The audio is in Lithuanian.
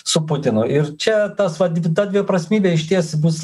su putinu ir čia tas va ta dviprasmybė išties bus